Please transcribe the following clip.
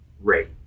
rate